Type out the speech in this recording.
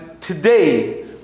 Today